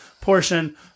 Portion